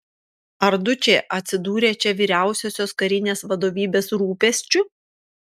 ar dučė atsidūrė čia vyriausiosios karinės vadovybės rūpesčiu